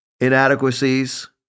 inadequacies